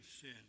sin